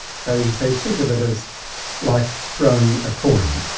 so he says, think of it as like throwing a coin.